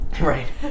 Right